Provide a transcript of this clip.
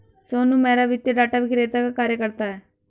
सोनू मेहरा वित्तीय डाटा विक्रेता का कार्य करता है